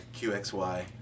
QXY